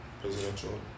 presidential